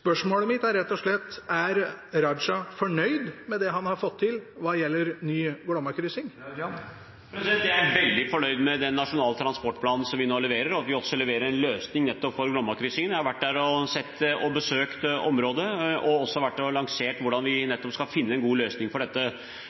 Spørsmålet mitt er rett og slett: Er Raja fornøyd med det han har fått til hva gjelder ny Glommakryssing? Jeg er veldig fornøyd med den nasjonale transportplanen som vi nå leverer, og vi leverer også en løsning nettopp for Glommakryssing. Jeg har vært der og besøkt området, og jeg har også lansert hvordan vi skal finne en god løsning for dette.